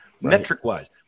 metric-wise